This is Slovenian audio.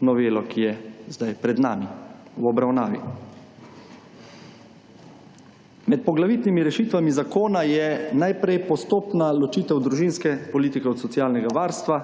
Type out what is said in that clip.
novelo, ki je zdaj pred nami, v obravnavi. Med poglavitnimi rešitvami zakona je najprej postopna ločitev družinske politike od socialnega varstva.